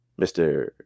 Mr